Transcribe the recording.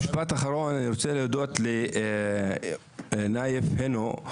משפט אחרון, אני רוצה להודות לנאיף הינו.